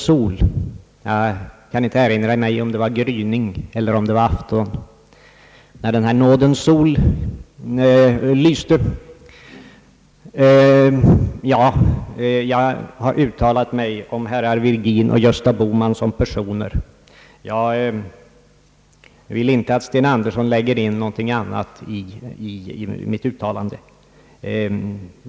Jag kan inte erinra mig om det var gryning eller afton när den här »nådens sol» lyste. Jag har uttalat mig om herrar Virgin och Gösta Bohman som personer. Jag vill inte att herr Sten Andersson lägger in någonting annat i mitt uttalande.